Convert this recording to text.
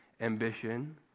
ambition